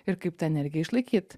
ir kaip tą energiją išlaikyt